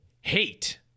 hate